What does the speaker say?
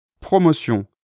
Promotion